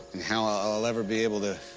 how i'll ever be able to